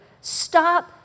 Stop